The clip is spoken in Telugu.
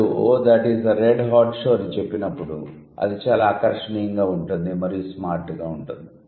మీరు 'oh that is a red hot show' అని చెప్పినప్పుడు అది చాలా ఆకర్షణీయంగా ఉంటుంది మరియు స్మార్ట్ గా ఉంటుంది